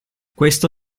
questo